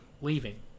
leaving